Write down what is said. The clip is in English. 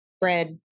bread